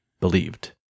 believed